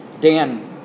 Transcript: Dan